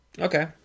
Okay